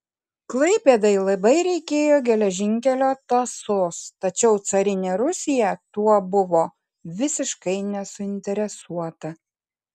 klaipėdai labai reikėjo geležinkelio tąsos tačiau carinė rusija tuo buvo visiškai nesuinteresuota